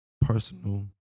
personal